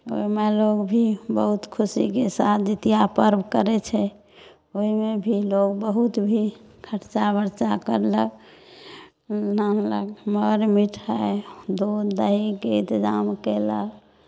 ओहिमे लोक भी बहुत खुशीके साथ जितिया पर्व करै छै ओहिमे भी लोक बहुत भी खर्चा बर्चा करलक नानलक मर मिठाइ दूध दहीके इन्तजाम कयलक